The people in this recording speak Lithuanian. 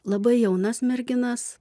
labai jaunas merginas